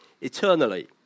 eternally